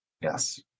yes